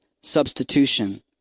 substitution